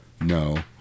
No